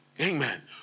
Amen